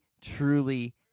truly